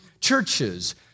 churches